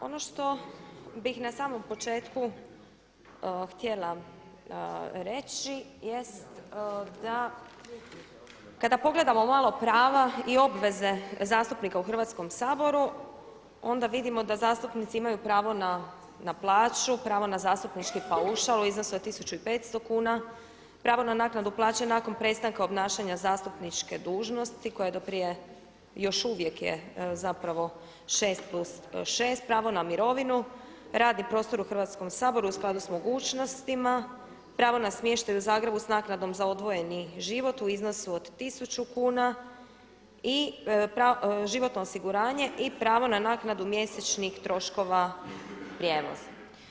Ono što bih na samom početku htjela reći jest da kada pogledamo malo prava i obveze zastupnika u Hrvatskom saboru onda vidimo da zastupnici imaju pravo na plaću, pravo na zastupnički paušal u iznosu od 1500 kuna, pravo na naknadu plaće nakon prestanka obnašanja zastupničke dužnosti koja je do prije, i još uvijek je zapravo 6+6, pravo na mirovinu, radni prostor u Hrvatskom saboru u skladu sa mogućnostima, pravo na smještaj u Zagrebu sa naknadom za odvojeni život u iznosu od 1000 kuna i životno osiguranje i pravo na naknadu mjesečnih troškova prijevoza.